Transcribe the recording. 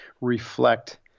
reflect